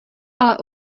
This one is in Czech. ale